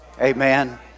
Amen